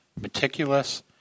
meticulous